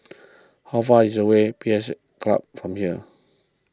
how far is away P S Club from here